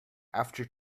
after